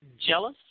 jealous